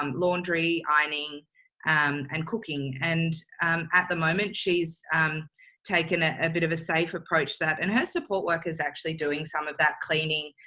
um laundry, ironing um and cooking. and at the moment, she's um taking ah a bit of a safe approach to that and her support workers actually doing some of that cleaning,